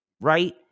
right